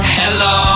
hello